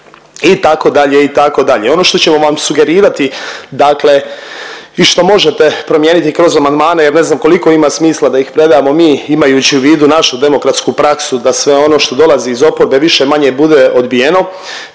itd. itd. Ono što ćemo vam sugerirati, dakle i što možete promijeniti kroz amandmane, jer ne znam koliko ima smisla da ih predamo mi imajući u vidu našu demokratsku praksu da sve ono što dolazi iz oporbe više-manje bude odbijeno,